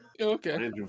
Okay